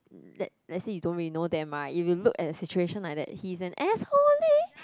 let's let's say you don't really know them right if you look at the situation like that he's an asshole leh